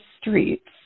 streets